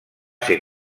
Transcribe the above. ser